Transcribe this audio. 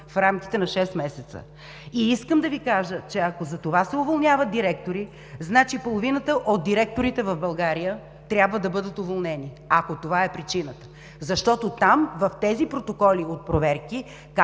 в рамките на шест месеца. Искам да Ви кажа, че ако за това се уволняват директори, значи половината от директорите в България трябва да бъдат уволнени, ако това е причината. Защото там, в тези протоколи от проверки,